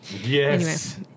Yes